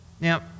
Now